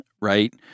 right